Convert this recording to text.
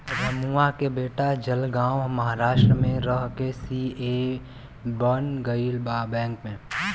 रमुआ के बेटा जलगांव महाराष्ट्र में रह के सी.ए बन गईल बा बैंक में